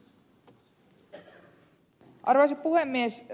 arvoisa puhemies